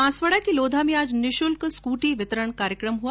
बांसवाड़ा के लोधा में आज निशुल्क स्कूटी वितरण कार्यक्रम हुआ